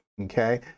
okay